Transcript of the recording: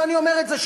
ואני אומר את זה,